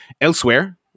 elsewhere